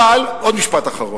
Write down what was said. אבל, עוד משפט אחרון.